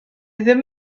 ddim